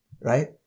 right